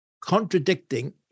contradicting